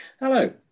Hello